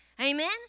Amen